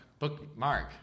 Bookmark